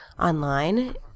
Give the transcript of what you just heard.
online